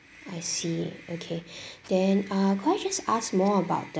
I see okay then ah could I just ask more about